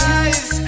eyes